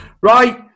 Right